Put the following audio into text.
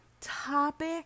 topic